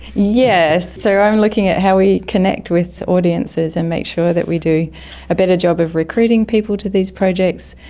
yes, so i'm looking at how we connect with audiences and make sure that we do a better job of recruiting people to these projects,